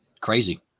crazy